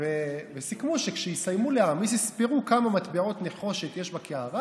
וסיכמו שכשיסיימו להעמיס יספרו כמה מטבעות נחושת יש בקערה,